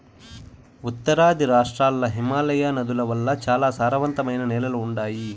ఉత్తరాది రాష్ట్రాల్ల హిమాలయ నదుల వల్ల చాలా సారవంతమైన నేలలు ఉండాయి